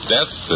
Death